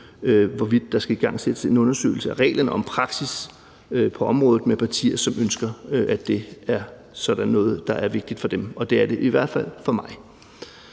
hvorvidt der skal igangsættes en undersøgelse af reglerne om praksis på området med partier, som synes, at det er sådan noget, der er vigtigt for dem. Det er det i hvert fald for mig.